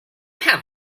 have